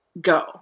go